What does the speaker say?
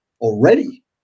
Already